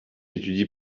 étudie